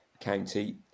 County